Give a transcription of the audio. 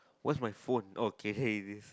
where's my phone okay hey is this